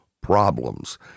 problems